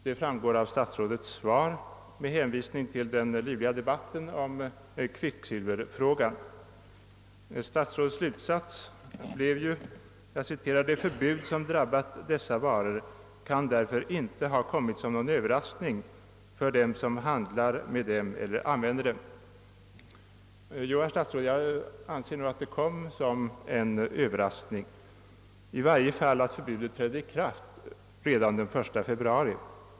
Det framgår av statsrådets svar och hans hänvisning till den livliga debatten i kvicksilverfrågan. Statsrådets slutsats blir: »De förbud som drabbat dessa varor kan därför inte ha kommit som någon överraskning för dem som handlar med dem eller använder dem.» Jo, herr statsråd, jag anser nog att det kom som en överraskning, i varje fall att förbudet trädde i kraft redan den 1 februari.